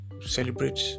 celebrate